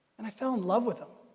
and i fell in love with them.